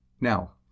Now